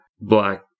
Black